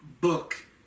book